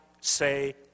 say